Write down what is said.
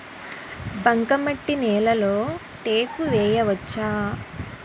బంకమట్టి నేలలో టేకు వేయవచ్చా?